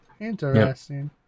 interesting